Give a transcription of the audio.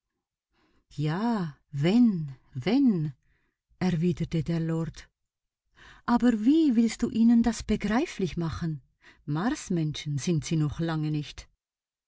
ja wenn wenn erwiderte der lord aber wie willst du ihnen das begreiflich machen marsmenschen sind sie noch lange nicht